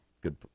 good